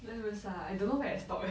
damn good ah I don't know where I stop eh